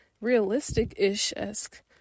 realistic-ish-esque